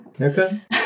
Okay